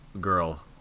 girl